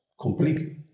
completely